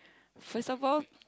for example